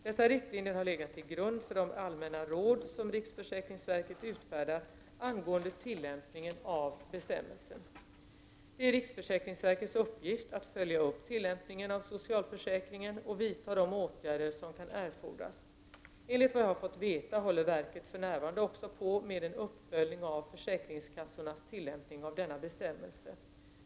Dessa riktlinjer har legat till grund för de allmänna råd som riksförsäkringsverket utfärdat angående tillämpningen av bestämmelsen. Det är riksförsäkringsverkets uppgift att följa upp tillämpningen av socialförsäkringen och vidta de åtgärder som kan erfordras. Enligt vad jag har fått veta håller verket för närvarande också på med en uppföljning av försäkringskassornas tillämpning av denna bestämmelse.